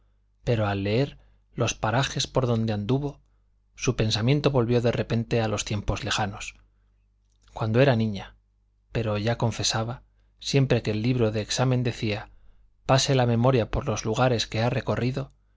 pero al leer los parajes por donde anduvo su pensamiento volvió de repente a los tiempos lejanos cuando era niña pero ya confesaba siempre que el libro de examen decía pase la memoria por los lugares que ha recorrido